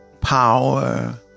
power